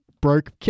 broke